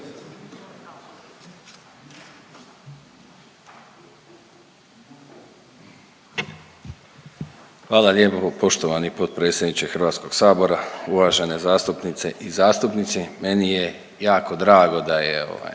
Hvala lijepo poštovani potpredsjedniče HS-a. Uvažene zastupnice i zastupnici. Meni je jako drago da je